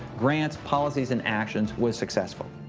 grant's policies and actions were successful.